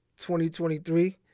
2023